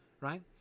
Right